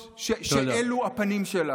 שאלו הפנים שלה,